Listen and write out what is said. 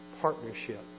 Partnership